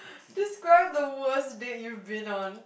describe the worst date you've been on